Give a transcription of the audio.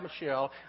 Michelle